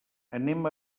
anem